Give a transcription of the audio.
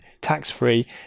tax-free